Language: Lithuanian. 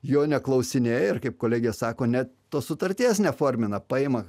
jo neklausinėja ir kaip kolegė sako net tos sutarties neformina paima